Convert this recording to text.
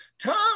Tom